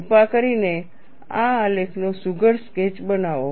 કૃપા કરીને આ આલેખનો સુઘડ સ્કેચ બનાવો